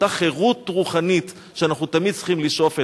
אותה חירות רוחנית שאנחנו תמיד צריכים לשאוף אליה.